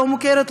לא מוכרת,